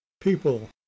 People